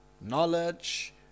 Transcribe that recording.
knowledge